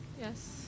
Yes